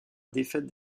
défaite